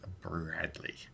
Bradley